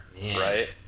right